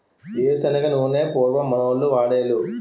ఏరు శనగ నూనె పూర్వం మనోళ్లు వాడోలు